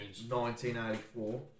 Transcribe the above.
1984